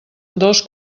dos